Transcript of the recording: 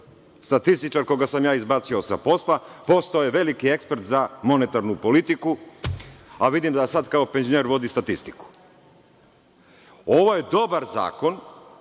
Statističar koga sam ja izbacio sa posla postao je veliki ekspert za monetarnu politiku, a vidim da sada kao penzioner vodi statistiku. Ovo je dobar zakon